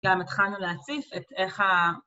גם התחלנו להציף את איך ה...